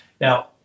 Now